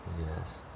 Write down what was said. Yes